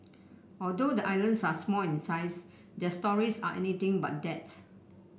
although the islands are small in size their stories are anything but that